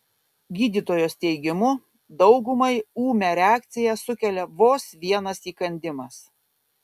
gydytojos teigimu daugumai ūmią reakciją sukelia vos vienas įkandimas